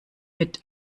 mit